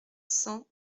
cent